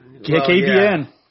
KBN